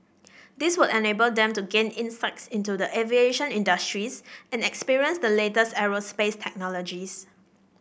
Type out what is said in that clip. this would enable them to gain insights into the aviation industries and experience the latest aerospace technologies